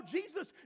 Jesus